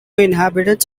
inhabitants